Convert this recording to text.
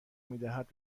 میدهد